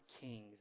kings